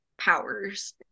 powers